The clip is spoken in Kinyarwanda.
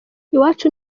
iwacu